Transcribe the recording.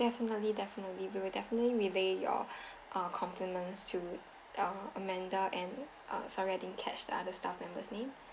definitely definitely we will definitely relay your uh complements to uh amanda and uh sorry I didn't catch the other staff member's name